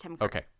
okay